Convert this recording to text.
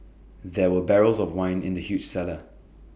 there were barrels of wine in the huge cellar